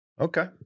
Okay